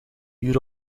uur